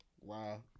Wow